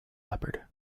leopard